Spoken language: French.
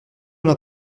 dans